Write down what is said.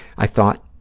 i thought,